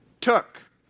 took